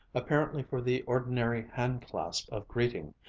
apparently for the ordinary handclasp of greeting,